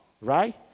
right